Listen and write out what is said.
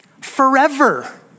Forever